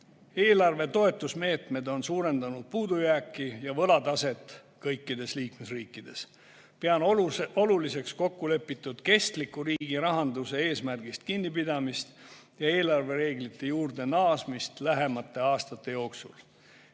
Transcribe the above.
Eelarve toetusmeetmed on suurendanud puudujääki ja võlataset kõikides liikmesriikides. Pean oluliseks kokku lepitud kestliku riigirahanduse eesmärgist kinnipidamist ja eelarvereeglite juurde naasmist lähimate aastate jooksul.